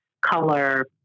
color